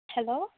hello